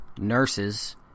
Nurses